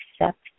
accept